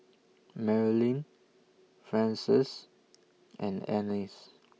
Marilyn Frances and Annice